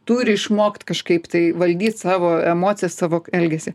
turi išmokt kažkaip tai valdyt savo emocijas savo elgesį